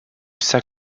saint